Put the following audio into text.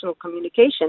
communication